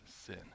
sin